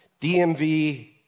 DMV